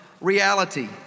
reality